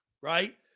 right